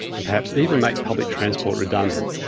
and perhaps even make public transport redundant.